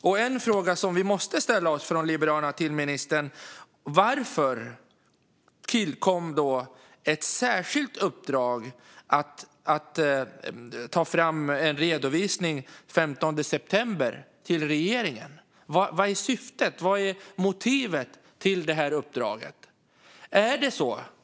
Liberalerna måste fråga ministern: Varför tillkom ett särskilt uppdrag om att ta fram en redovisning till regeringen den 15 september? Vad är syftet med och motivet till detta uppdrag?